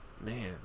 Man